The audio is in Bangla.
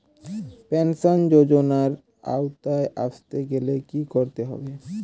পেনশন যজোনার আওতায় আসতে গেলে কি করতে হবে?